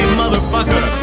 motherfucker